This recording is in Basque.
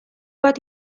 bat